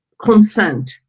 consent